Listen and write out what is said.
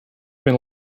been